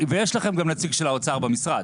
ויש לכם גם נציג של האוצר במשרד.